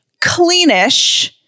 cleanish